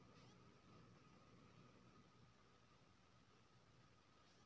बहुत रास एप्प सँ सेहो क्रेडिट कार्ड केर बाँकी पाइ देखि सकै छी